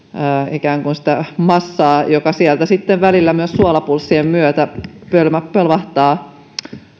sitä massaa joka sieltä sitten välillä myös suolapulssien myötä pelmahtaa